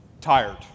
Tired